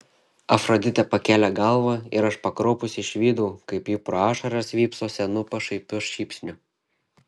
afroditė pakėlė galvą ir aš pakraupusi išvydau kaip ji pro ašaras vypso senu pašaipiu šypsniu